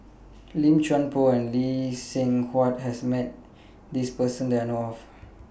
Lim Chuan Poh and Lee Seng Huat has Met This Person that I know of